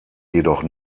jedoch